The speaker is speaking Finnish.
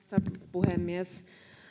puhemies